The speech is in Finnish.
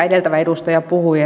edeltävä edustaja puhui